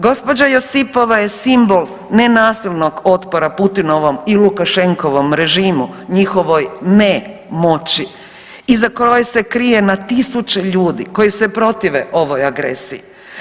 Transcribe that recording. Gospođa Josipova je simbol nenasilnog otpora Putinovom i Lukašenkovom režimu njihovoj ne moći iza koje se krije na tisuće ljudi koji se protive ovoj agresiji.